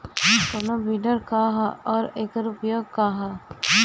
कोनो विडर का ह अउर एकर उपयोग का ह?